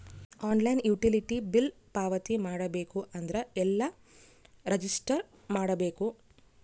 Online utility bill ಪಾವತಿ ಮಾಡಬೇಕು ಅಂದ್ರ ಎಲ್ಲ ರಜಿಸ್ಟರ್ ಮಾಡ್ಬೇಕು?